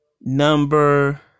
number